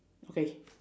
okay